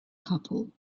couple